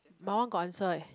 my one got answer eh